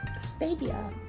Stadia